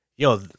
Yo